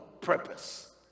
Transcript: purpose